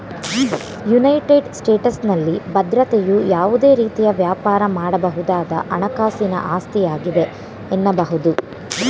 United ಸ್ಟೇಟಸ್ನಲ್ಲಿ ಭದ್ರತೆಯು ಯಾವುದೇ ರೀತಿಯ ವ್ಯಾಪಾರ ಮಾಡಬಹುದಾದ ಹಣಕಾಸಿನ ಆಸ್ತಿಯಾಗಿದೆ ಎನ್ನಬಹುದು